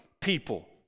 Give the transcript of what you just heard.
people